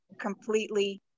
completely